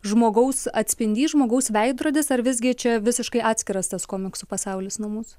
žmogaus atspindys žmogaus veidrodis ar visgi čia visiškai atskiras tas komiksų pasaulis nuo mūsų